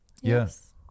Yes